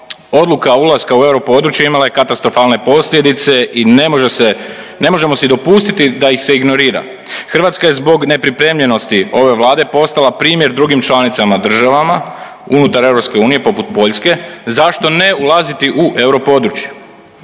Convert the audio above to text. odluka ulaska u europodručje imala je katastrofalne posljedice i ne možemo si dopustiti da ih se ignorira. Hrvatska je zbog nepripremljenosti ove Vlade postala primjer drugim članicama državama unutar EU poput Poljske zašto ne ulaziti u europodručje,